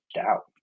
out